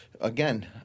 again